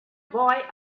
boy